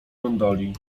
gondoli